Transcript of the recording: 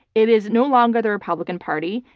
it is no longer the republican party,